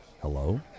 Hello